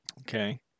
Okay